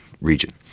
region